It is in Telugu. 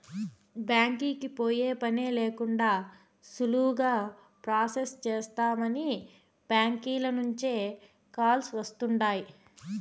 బ్యాంకీకి పోయే పనే లేకండా సులువుగా ప్రొసెస్ చేస్తామని బ్యాంకీల నుంచే కాల్స్ వస్తుండాయ్